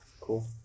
Cool